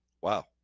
Wow